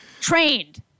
Trained